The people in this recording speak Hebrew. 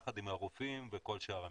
יחד עם הרופאים וכל שאר המקצועות.